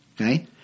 Okay